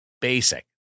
basic